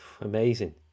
Amazing